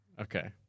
Okay